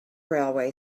railway